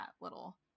little